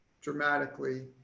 dramatically